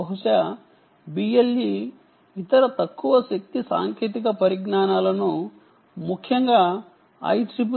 బహుశా BLE ఇతర తక్కువ శక్తి సాంకేతిక పరిజ్ఞానాలను ముఖ్యంగా IEEE 802